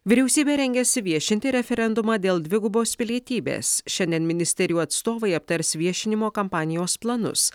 vyriausybė rengiasi viešinti referendumą dėl dvigubos pilietybės šiandien ministerijų atstovai aptars viešinimo kampanijos planus